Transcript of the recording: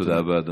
תודה רבה.